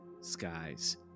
skies